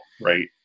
Right